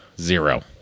zero